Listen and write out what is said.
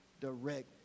direct